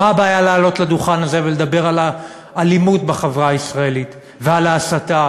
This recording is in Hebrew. מה הבעיה לעלות לדוכן הזה ולדבר על האלימות בחברה הישראלית ועל ההסתה